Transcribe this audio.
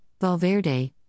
Valverde